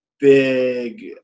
big